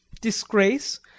disgrace